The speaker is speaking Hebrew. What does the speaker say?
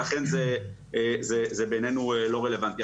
ולכן זה בעינינו לא רלוונטי.